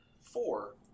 four